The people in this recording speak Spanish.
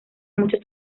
muchos